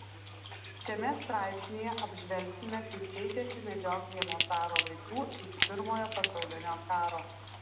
šiame straipsnyje apžvelgsime kaip keitėsi medžioklė nuo caro laikų iki pirmojo pasaulinio karo